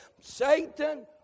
Satan